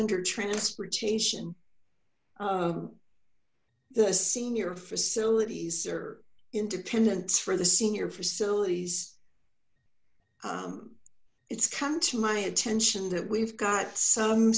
under transportation the senior facilities are independence for the senior facilities it's come to my attention that we've got some